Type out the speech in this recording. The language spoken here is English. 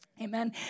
Amen